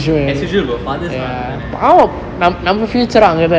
as usual your fathers நா அப்டிதான:naa apdithane